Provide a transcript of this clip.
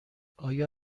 آیا